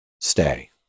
stay